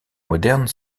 modernes